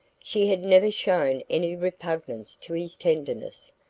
she had never shown any repugnance to his tenderness,